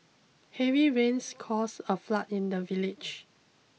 heavy rains caused a flood in the village